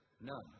none